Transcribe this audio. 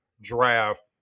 draft